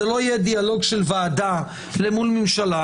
וזה לא יהיה דיאלוג של ועדה למול ממשלה,